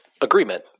agreement